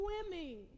swimming